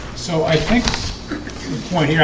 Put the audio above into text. so i think well, yeah